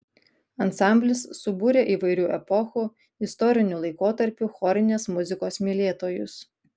ansamblis subūrė įvairių epochų istorinių laikotarpių chorinės muzikos mylėtojus